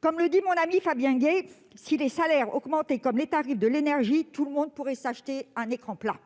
Comme le dit mon ami Fabien Gay, si les salaires augmentaient comme les tarifs de l'énergie, tout le monde pourrait s'acheter un écran plat !